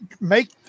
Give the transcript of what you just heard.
make